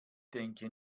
denke